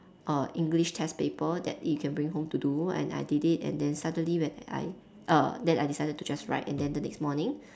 a English test paper that you can bring home to do and I did it and then suddenly when I (err)then I decided to just write and then the next morning